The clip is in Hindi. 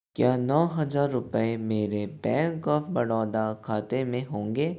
क्या नौ हजार रुपये मेरे बैंक ऑफ़ बड़ौदा खाते में होंगे